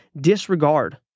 disregard